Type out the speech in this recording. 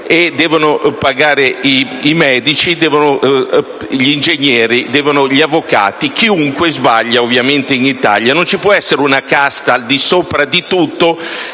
così come i medici, gli ingegneri, gli avvocati: chiunque sbaglia, ovviamente in Italia. Non ci può essere una casta al di sopra di tutto